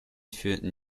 führten